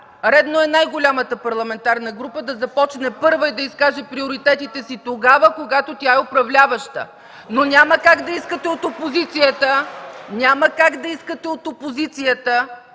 редно е най-голямата парламентарната група да започне първа и да изкаже приоритетите си тогава, когато тя е управляваща! (Ръкопляскания от ГЕРБ.) Но няма как да искате от опозицията